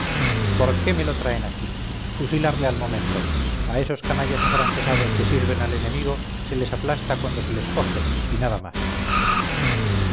por qué me lo traen aquí fusilarle al momento a estos canallas afrancesados que sirven al enemigo se les aplasta cuando se les coge y nada más